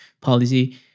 policy